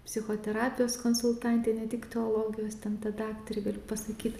psichoterapijos konsultantė ne tik teologijos centro daktarė galiu pasakyt